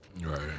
right